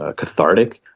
ah cathartic,